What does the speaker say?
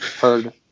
heard